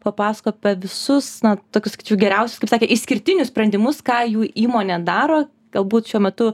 papasakojo apie visus na tokius sakyčiau geriausius kaip sakė išskirtinius sprendimus ką jų įmonė daro galbūt šiuo metu